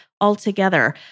altogether